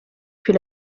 più